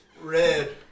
Red